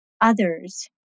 others